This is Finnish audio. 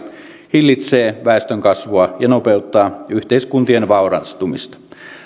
hillitsee väestönkasvua ja nopeuttaa yhteiskuntien vaurastumista